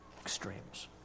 Extremes